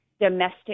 domestic